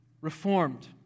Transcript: reformed